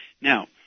Now